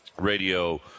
radio